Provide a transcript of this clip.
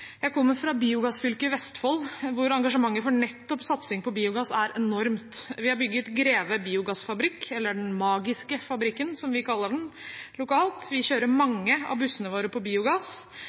Jeg kommer fra biogassfylket Vestfold, hvor engasjementet for nettopp satsing på biogass er enormt. Vi har bygget Greve biogassfabrikk, eller Den Magiske Fabrikken, som vi kaller den lokalt. Vi kjører mange av bussene våre på biogass.